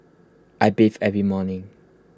I bathe every morning